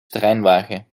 terreinwagen